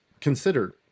considered